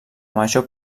major